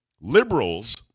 Liberals